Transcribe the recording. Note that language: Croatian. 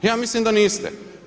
Ja mislim da niste.